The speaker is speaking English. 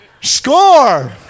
Score